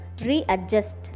readjust